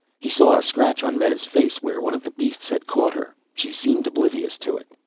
he saw a scratch on meta's face where one of the beasts had caught her. she seemed oblivious to it.